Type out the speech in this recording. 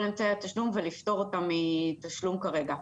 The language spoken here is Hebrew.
אמצעי התשלום ולפטור אותם מתשלום כרגע,